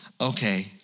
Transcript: Okay